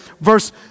Verse